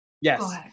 yes